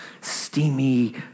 steamy